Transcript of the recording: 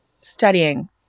studying